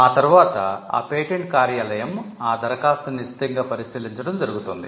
ఆ తర్వాత ఆ పేటెంట్ కార్యాలయం ఆ దరఖాస్తును నిశితంగా పరిశీలించడం జరుగుతుంది